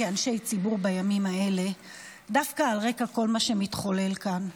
כאנשי ציבור בימים האלה דווקא על רקע כל מה שמתחולל כאן.